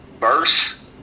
verse